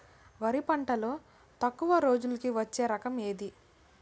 వరి పంటలో తక్కువ రోజులకి వచ్చే రకం ఏది?